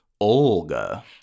Olga